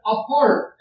Apart